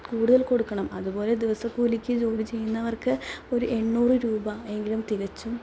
കൂടുതൽ കൊടുക്കണം അതുപോലെ ദിവസക്കൂലിക്ക് ജോലി ചെയ്യുന്നവർക്ക് ഒരു എണ്ണൂറ് രൂപ എങ്കിലും തിരച്ചും